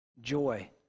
joy